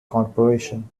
corporation